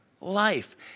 life